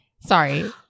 sorry